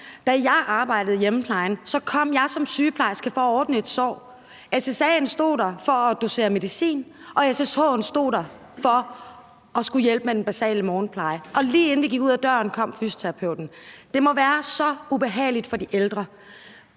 Da jeg arbejdede i hjemmeplejen, kom jeg som sygeplejerske for at ordne et sår, og ssa'en stod der for at dosere medicin, og ssh'en stod der for at hjælpe med den basale morgenpleje, og lige inden vi gik ud ad døren, kom fysioterapeuten. Det må være så ubehageligt for de ældre.